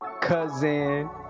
cousin